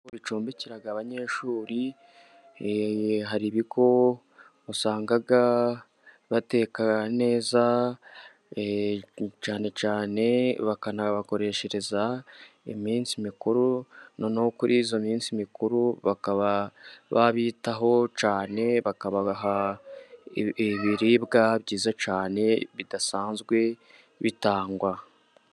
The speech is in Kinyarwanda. Kuko aho bacumbikira abanyeshuri hari ibigo usanga bateka neza, cyane cyane bakanabakoresherera iminsi mikuru, no neho kuri iyo minsi mikuru bakaba babitaho cyane, bakabaha ibiribwa byiza cyane bidasanzwe bitanga.